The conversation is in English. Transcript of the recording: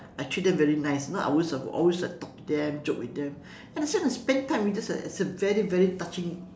I treat them very nice you know I always always like talk to them joke with them and I said my spend time with them it's a it's a very very touching